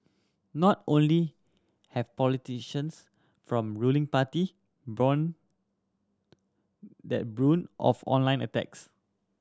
not only have politicians from ruling party borne the brunt of online attacks